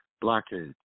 blockade